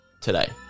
today